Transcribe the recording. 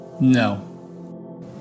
No